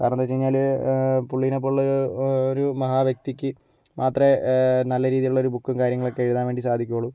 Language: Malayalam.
കാരണം എന്തെന്നു വെച്ചു കഴിഞ്ഞാല് പുള്ളിനെ പോലുള്ളൊരു ഒരു മഹാവ്യക്തിക്ക് മാത്രമെ നല്ല രീതിയിലുള്ള ഒരു ബുക്കും കാര്യങ്ങളൊക്കെ എഴുതാൻ വേണ്ടി സാധിക്കുകയുള്ളൂ